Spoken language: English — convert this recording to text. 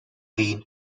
been